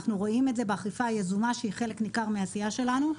אנחנו רואים את זה באכיפה היזומה שהיא חלק ניכר מהעשייה שלנו.